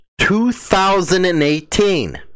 2018